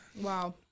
Wow